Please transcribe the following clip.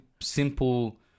simple